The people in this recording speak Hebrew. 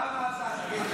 למה אתה?